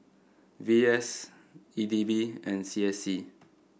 V S E D B and C S C